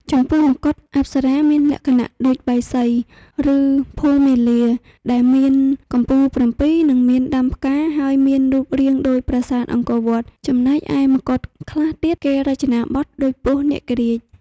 ចំពោះមកុដអប្សរាមានលក្ខណៈដូចបាយសុីឬភួងមាលាដែលមានកំពូលប្រាំពីរនិងមានដាំផ្កាហើយមានរូងរាងដូចប្រាសាទអង្គរវត្តចំណែកឯមកុដខ្លះទៀតគេរចនាបថដូចពស់នាគរាជ។